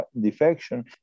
defection